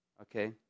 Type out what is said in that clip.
Okay